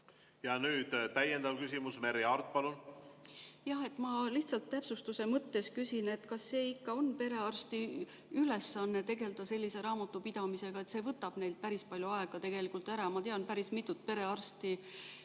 Nüüd täiendav küsimus, Merry Aart, palun! Ma lihtsalt täpsustuse mõttes küsin, et kas see ikka on perearsti ülesanne tegelda sellise raamatupidamisega. See võtab neilt tegelikult päris palju aega ära. Ma tean päris mitut perearsti.